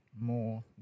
more